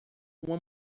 uma